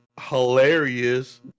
hilarious